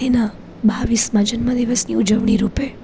તેના બાવીસમાં જન્મદિવસની ઉજવણી રૂપે